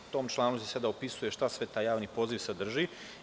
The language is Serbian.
U tom članu se sada opisuje, šta sve taj javni poziv sadrži.